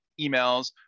emails